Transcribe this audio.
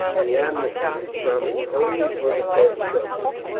the amnesty is promised only for the past troubles.